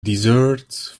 desert